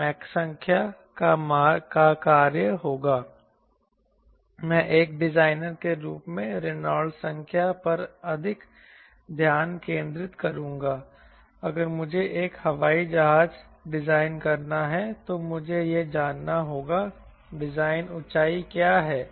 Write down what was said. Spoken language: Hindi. मैक संख्या का कार्य होगा मैं एक डिजाइनर के रूप में रेनॉल्ड्स संख्या पर अधिक ध्यान केंद्रित करूंगा अगर मुझे एक हवाई जहाज डिजाइन करना है तो मुझे यह जानना होगा डिजाइन ऊंचाई क्या है